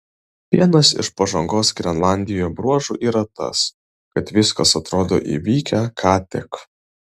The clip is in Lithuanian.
vienas iš pažangos grenlandijoje bruožų yra tas kad viskas atrodo įvykę ką tik